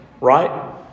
Right